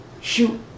shoot